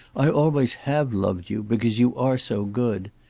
i always have loved you because you are so good.